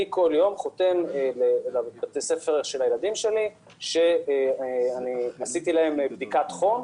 בכל יום אני חותם בבתי הספר של הילדים שלי שעשיתי להם בדיקת חום.